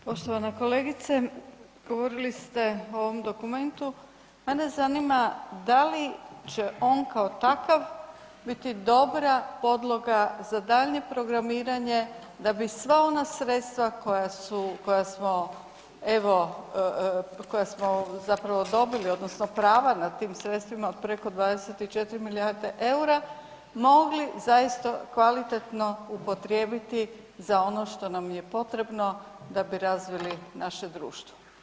Poštovana kolegice govorili ste o ovom dokumentu, mene zanima da li će on kao takav biti dobra podloga za daljnje programiranje da bi sva ona sredstava koja su, koja smo evo, koja smo zapravo dobili odnosno prava na tim sredstvima od preko 24 milijarde EUR-a mogli zaista kvalitetno upotrijebiti za ono što nam je potrebno da bi razvili naše društvo.